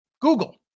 Google